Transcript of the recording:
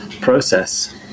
process